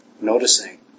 Noticing